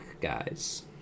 guys